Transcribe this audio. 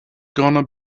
gonna